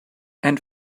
and